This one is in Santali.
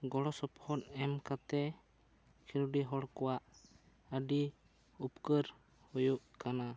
ᱜᱚᱲᱚ ᱥᱚᱯᱚᱦᱚᱫ ᱮᱢ ᱠᱟᱛᱮᱜ ᱠᱷᱮᱞᱚᱰᱤᱭᱟᱹ ᱦᱚᱲ ᱠᱚᱣᱟᱜ ᱟᱹᱰᱤ ᱩᱯᱠᱟᱹᱨ ᱦᱩᱭᱩᱜ ᱠᱟᱱᱟ